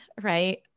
right